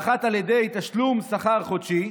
ואחת על ידי תשלום שכר חודשי.